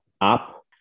up